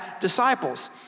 disciples